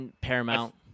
Paramount